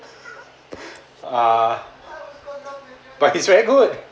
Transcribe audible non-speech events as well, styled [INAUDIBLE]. [LAUGHS] ah but it's very good